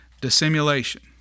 dissimulation